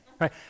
right